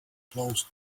closed